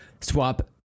Swap